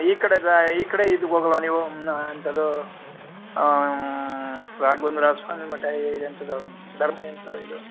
ಈ ಕಡೆದಾ ಈ ಕಡೆ ಇದ್ಕ ಹೋಗಲ್ವ ನೀವು ಎಂಥದು ರಾಘವೇಂದ್ರ ಸ್ವಾಮಿ ಮಟ್ಟ ಇದು ಎಂಥದೋ ಧರ್ಮ ಎಂತ ಇದು